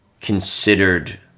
considered